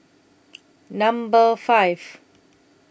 Number five